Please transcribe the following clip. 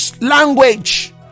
language